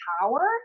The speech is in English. power